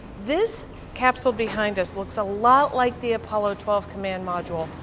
this capsule behind us looks a lot like the apollo twelve command module,